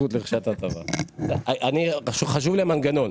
אני חשוב לי המנגנון,